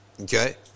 okay